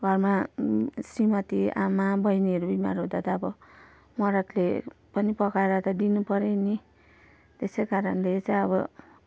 घरमा श्रीमती आमा बहिनीहरू बिमार हँदा अब मरदले पनि पकाएर त दिनुपऱ्यो नि त्यसै कारणले चाहिँ अब